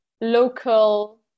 local